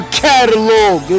catalog